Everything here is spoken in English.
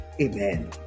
Amen